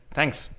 Thanks